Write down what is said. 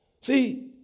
See